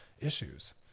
issues